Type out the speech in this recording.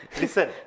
Listen